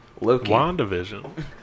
WandaVision